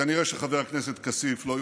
כנראה שחבר הכנסת כסיף לא יוכל.